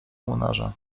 młynarza